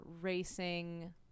racing